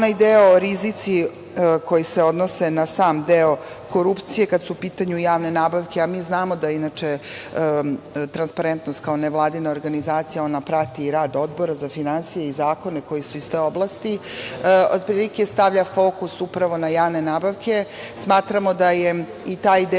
i onaj deo, rizici koji se odnose na sam deo korupcije kada su u pitanju javne nabavke. Znamo da inače Transparentnost kao nevladina organizacija prati i rad Odbora za finansije i zakone koji su iz te oblasti, otprilike stavlja fokus upravo na javne nabavke. Smatramo da je i taj deo